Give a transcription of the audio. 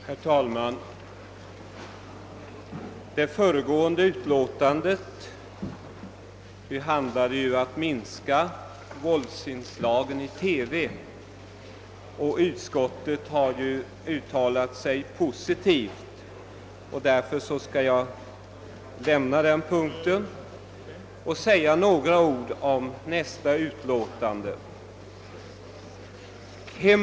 Herr talman! Allmänna beredningsutskottets utlåtande nr 65 behandlar en motion om begränsning av våldsinslagen i televisionsprogram. Eftersom utskottet har uttalat sig positivt i den frå gan skall jag inte här beröra den utan i stället säga några ord om utskottets utlåtande nr 66 som gäller massmedias inverkan på barns fostran i hemmet.